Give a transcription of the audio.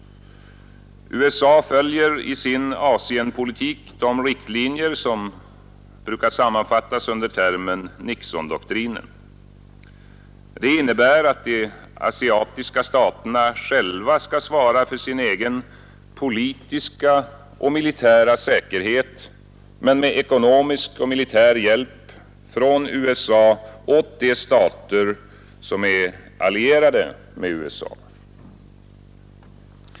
USA följer i sin Asienpolitik de riktlinjer, som brukar sammanfattas under termen Nixondoktrinen. Det innebär att de asiatiska staterna själva skall svara för sin egen politiska och militära säkerhet men med ekonomisk och militär hjälp från USA åt de stater, som är allierade med USA.